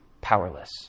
powerless